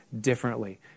differently